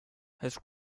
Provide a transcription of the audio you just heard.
has